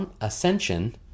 ascension